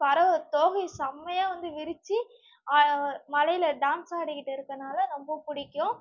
பறவை தோகை செம்மையாக வந்து விரிச்சு மழையில் டான்ஸ் ஆடிக்கிட்டு இருக்கறனால ரொம்ப பிடிக்கும்